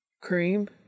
Cream